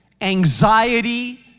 anxiety